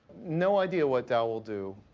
no idea what dow will do.